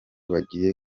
bagiye